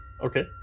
Okay